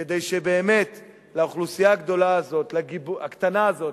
כדי שבאמת לאוכלוסייה הקטנה הזאת,